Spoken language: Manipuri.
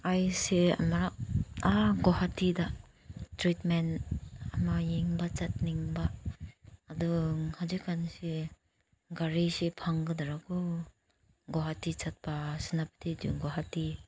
ꯑꯩꯁꯦ ꯑꯃꯔꯛ ꯑꯥ ꯒꯨꯍꯥꯇꯤꯗ ꯇ꯭ꯔꯤꯠꯃꯦꯟ ꯑꯃ ꯌꯦꯡꯕ ꯆꯠꯅꯤꯡꯕ ꯑꯗꯨ ꯍꯧꯖꯤꯛꯀꯥꯟꯁꯤ ꯒꯥꯔꯤꯁꯤ ꯐꯪꯒꯗ꯭ꯔꯀꯣ ꯒꯨꯍꯥꯇꯤ ꯆꯠꯄ ꯁꯦꯅꯥꯄꯇꯤ ꯇꯨ ꯒꯨꯍꯥꯇꯤ